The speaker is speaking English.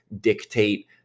dictate